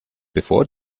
bevor